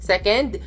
Second